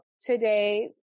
Today